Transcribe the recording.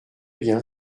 bien